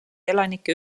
elanikke